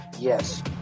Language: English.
yes